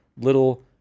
little